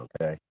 okay